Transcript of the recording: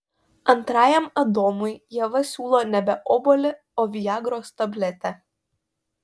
antrajam adomui ieva siūlo nebe obuolį o viagros tabletę